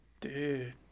Dude